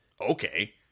okay